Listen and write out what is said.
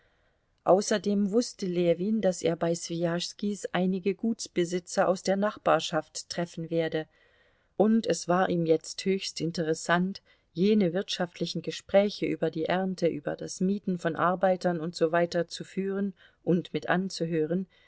außerdem wußte ljewin daß er bei swijaschskis einige gutsbesitzer aus der nachbarschaft treffen werde und es war ihm jetzt höchst interessant jene wirtschaftlichen gespräche über die ernte über das mieten von arbeitern und so weiter zu führen und mit anzuhören